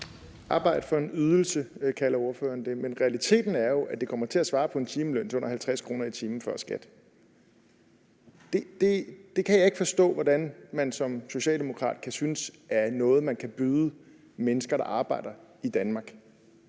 Arbejde for en ydelse kalder ordføreren det, men realiteten er jo, at det kommer til at svare til en timeløn til under 50 kr. i timen før skat. Det kan jeg ikke forstå hvordan man som socialdemokrat kan synes er noget, man kan byde mennesker, der arbejder i Danmark.